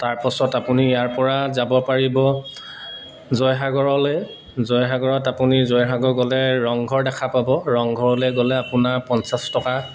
তাৰপাছত আপুনি ইয়াৰ পৰা যাব পাৰিব জয়সাগৰলৈ জয়সাগৰত আপুনি জয়সাগৰ গ'লে ৰংঘৰ দেখা পাব ৰংঘৰলৈ গ'লে আপোনাৰ পঞ্চাছ টকা